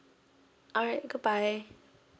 alright good bye